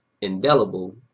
indelible